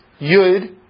Yud